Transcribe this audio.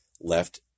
left